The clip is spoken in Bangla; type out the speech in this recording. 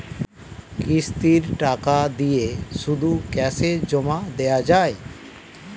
কিস্তির টাকা দিয়ে শুধু ক্যাসে জমা দেওয়া যায়?